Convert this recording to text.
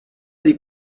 des